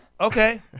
okay